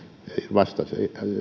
vastasi